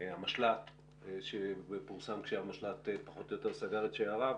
המשל"ט שפורסם כשהמשל"ט פחות או יותר סגר את שעריו,